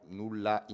nulla